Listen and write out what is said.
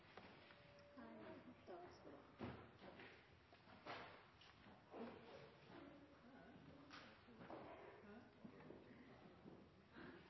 da regjeringen og